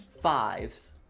Fives